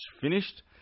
finished